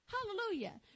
Hallelujah